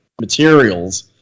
materials